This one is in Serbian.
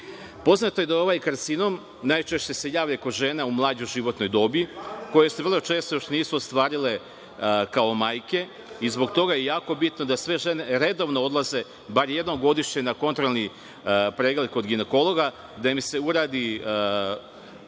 Poznato je da se ovaj karcinom najčešće javlja kod žena u mlađoj životnoj dobi koje se vrlo često još nisu ostvarile kao majke i zbog toga je jako bitno da sve žene redovno odlaze, bar jednom godišnje, na kontrolni pregled kod ginekologa, da im se uradi